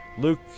Luke